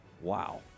wow